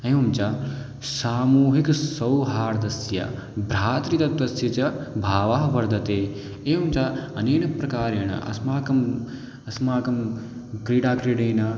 एवं च सामूहिकसौहार्दस्य भ्रातृतत्त्वस्य च भावः वर्धते एवं च अनेन प्रकारेण अस्माकम् अस्माकं क्रीडा क्रीडनेन